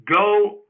go